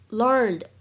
learned